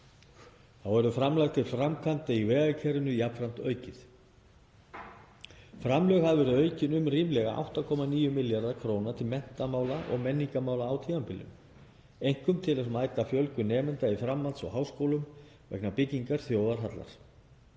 Þá verður framlag til framkvæmda í vegakerfinu jafnframt aukið. Framlög hafa verið aukin um ríflega 8,9 milljarða kr. til mennta- og menningarmála á tímabilinu, einkum til að mæta fjölgun nemenda í framhalds- og háskólum og vegna byggingar þjóðarhallar.